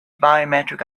biometric